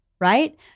right